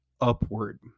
upward